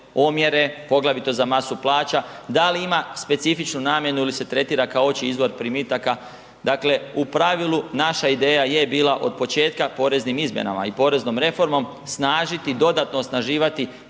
omjere, poglavito za masu plaća, da li ima specifičnu namjenu ili se tretira opći izvor primitaka, dakle u pravilu naša ideja je bila od početka poreznim izmjenama i poreznom reformom snažiti i dodatno osnaživati